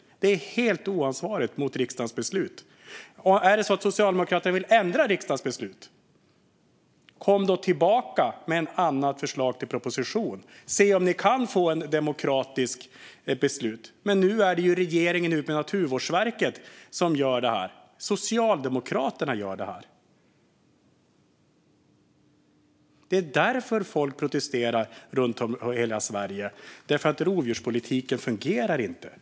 Det är helt oansvarigt mot riksdagens beslut. Är det så att Socialdemokraterna vill ändra riksdagens beslut, kom då tillbaka med ett annat förslag! Se om ni kan få ett demokratiskt beslut om det. Men nu är det regeringen med Naturvårdsverket som gör detta. Socialdemokraterna gör detta. Det är därför folk protesterar runt om i Sverige. Rovdjurspolitiken fungerar inte.